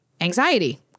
anxiety